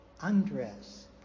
undress